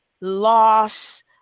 loss